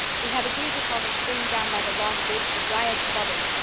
we have agreed to call the spring down by the log bridge the dryad's bubble.